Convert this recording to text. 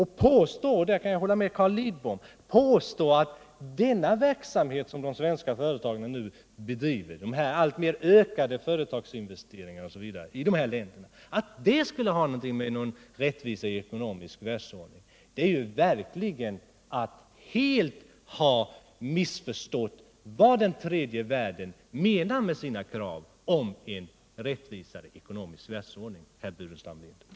Hur kan man påstå att den verksamhet som de svenska företagen nu med alltmer ökade investeringar bedriver i dessa länder skulle ha någonting med rättvis ekonomisk världsordning att göra? Det är verkligen att helt ha missförstått vad den tredje världen menar med sina krav på en rättvisare ekonomisk världsordning, herr Burenstam Linder.